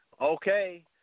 Okay